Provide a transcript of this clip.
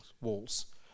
walls